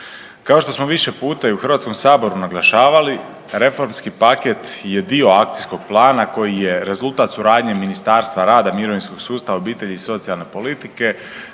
Kao što smo više puta i u Hrvatskom saboru naglašavali reformski paket je dio akcijskog plana koji je rezultat suradnje Ministarstva rada, mirovinskog sustava, obitelji i socijalne politike